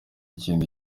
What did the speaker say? ikindi